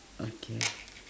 okay